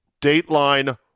Dateline